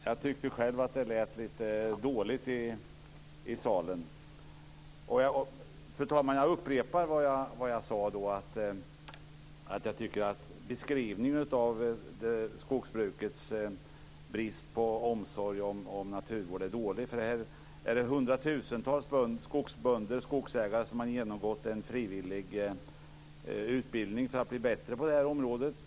Fru talman! Jag upptäckte just att jag stod vid fel bänk. Jag tyckte själv att det lät lite dåligt i salen. Jag upprepar vad jag sade. Jag tycker att beskrivningen av skogsbrukets brist på omsorg om naturvården är dålig. Här är det hundratusentals skogsbönder, skogsägare, som har genomgått en frivillig utbildning för att bli bättre på det här området.